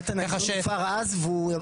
נתן, האיזון הופר אז כבר.